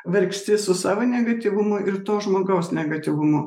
vargsti su savo negatyvumu ir to žmogaus negatyvumu